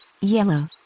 yellow